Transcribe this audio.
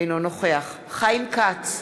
אינו נוכח חיים כץ,